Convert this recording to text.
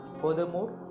Furthermore